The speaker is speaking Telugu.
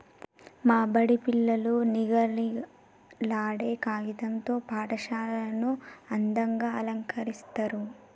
మా బడి పిల్లలు నిగనిగలాడే కాగితం తో పాఠశాలను అందంగ అలంకరిస్తరు